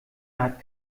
hat